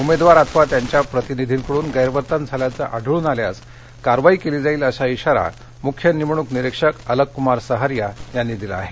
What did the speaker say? उमेदवार अथवा त्यांच्या प्रतिनिधींकडून गैरवर्तन झाल्याचं आढळून आल्यास कारवाई केली जाईल असा खाारा मुख्य निवडणूक निरीक्षक अलककुमार सहारिया यांनी दिला आहे